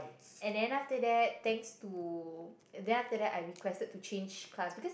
and then after thanks to then after that I requested to change class because